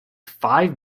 five